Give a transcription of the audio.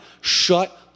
shut